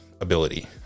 ability